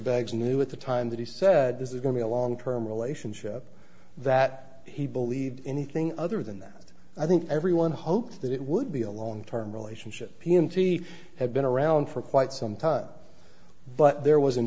baggs knew at the time that he said this is going to be a long term relationship that he believed anything other than that i think everyone hoped that it would be a long term relationship p m t had been around for quite some time but there was an